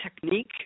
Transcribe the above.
technique